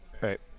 Right